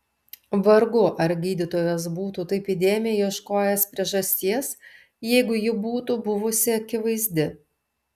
vargu ar gydytojas būtų taip įdėmiai ieškojęs priežasties jeigu ji būtų buvusi akivaizdi